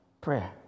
prayer